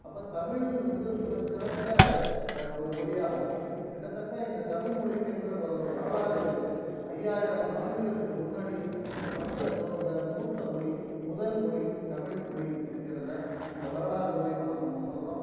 அப்போ தமிழ் வந்து முதற்சிறந்த ஒரு மொழியாகவும் கிட்டத்தட்ட இந்த தமிழ்மொழிக்கென்ற ஒரு வரலாறு இருக்குது ஐயாயிரம் ஆண்டுகளுக்கு முன்னாடி இந்த மண்ணில் தோன்ற மூத்தமொழி முதல்மொழி தமிழ்மொழி என்கிறத இந்த வரலாறு மூலியமாக நாம் சொல்லுறோம்